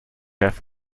have